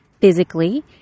physically